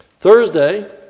Thursday